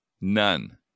None